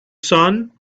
sun